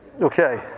Okay